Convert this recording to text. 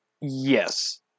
Yes